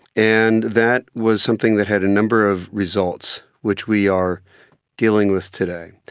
and that was something that had a number of results which we are dealing with today.